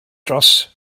dros